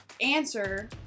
answer